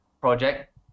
project